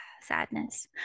Sadness